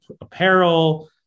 apparel